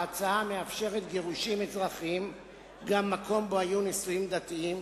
ההצעה המאפשרת גירושין אזרחיים גם מקום שהיו בו נישואין דתיים